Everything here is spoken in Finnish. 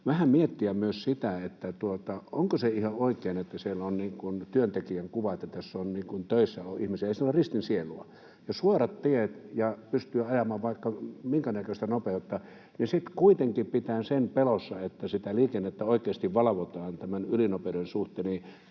vähän miettiä myös sitä, onko se ihan oikein, että siellä on työntekijän kuvat, että on niin kuin töissä ihmisiä — ei siellä ole ristin sielua. Kun on suorat tiet ja pystyy ajamaan vaikka minkä näköistä nopeutta, niin sitten kuitenkin pitää sen pelossa, että sitä liikennettä oikeasti valvotaan tämän ylinopeuden suhteen,